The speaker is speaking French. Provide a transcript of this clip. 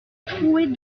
troué